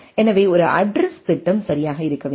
எனவே ஒரு அட்ரஸ்த் திட்டம் சரியாக இருக்க வேண்டும்